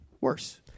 worse